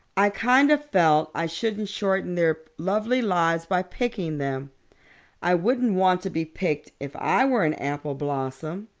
i kind of felt i shouldn't shorten their lovely lives by picking them i wouldn't want to be picked if i were an apple blossom.